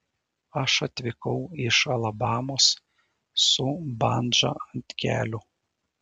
aš atvykau iš alabamos su bandža ant kelių